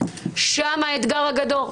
שם האתגר הגדול.